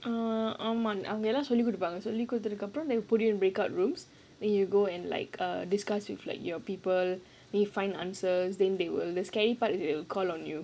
uh ஆமா அவங்க இதான் சொல்லி கொடுப்பாங்க சொல்லி கொடுத்ததுக்கு அப்புறம்:aamaa avanga idhan solli koduppaanga solli koduthathukku appuram put you in breakout rooms where you go and like err discuss with like your people then you find answers then they wil~ the scary part is they will call on you